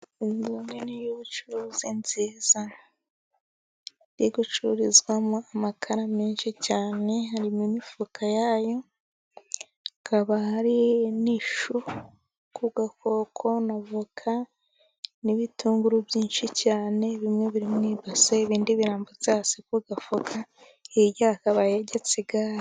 Inzu ubona ni iy'ubucuruzi nziza iri gucururizwamo amakara menshi cyane harimo imifuka yayo ikaba hari n'ishu ku gakoko, n'avoka ,n'ibitunguru byinshi cyane bimwe biri mu ibase, ibindi birambitse hasi gafoka hirya hakaba hegetse igare.